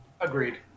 Agreed